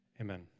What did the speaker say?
amen